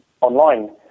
online